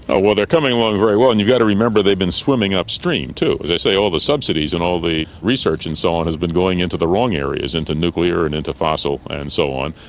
ah they're coming along very well, and you've got to remember they've been swimming upstream too. as i say, all the subsidies and all the research and so on has been going into the wrong areas, into nuclear and into fossil and so on.